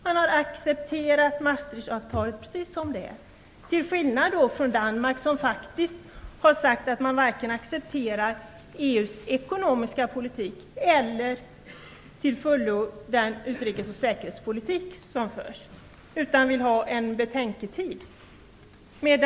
Man har accepterat Maastrichtavtalet precis som det är, till skillnad från Danmark som faktiskt har sagt att man accepterar varken EU:s ekonomiska politik eller till fullo den utrikes och säkerhetspolitik som förs, utan vill ha betänketid.